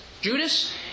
Judas